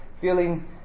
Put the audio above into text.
feeling